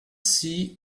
six